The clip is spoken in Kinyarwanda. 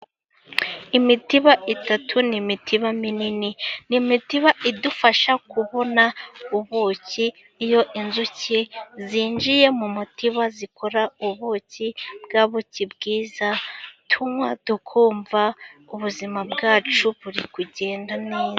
Imitiba itatu ni imitiba minini ni imitiba idufasha kubona ubuki. Iyo inzuki zinjiye mu mutiba zikora ubuki bwa buki bwiza tunywa tukumva ubuzima bwacu buri kugenda neza.